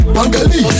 Bangali